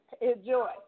enjoy